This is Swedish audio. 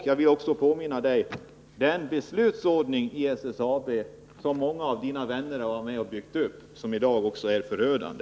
Jag vill också påminna om den beslutsordning i SSAB som många av Sten-Ove Sundströms vänner varit med om att bygga upp men som i dag är förödande.